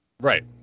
Right